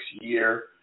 year